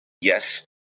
yes